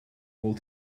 all